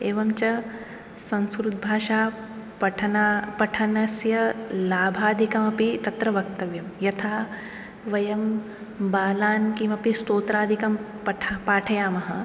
एवञ्च संस्कृतभाषापठना पठनस्य लाभादिकमपि तत्र वक्तव्यं यथा वयं बालान् किमपि स्तोत्रादिकं पठा पाठयामः